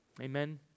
Amen